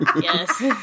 Yes